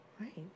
right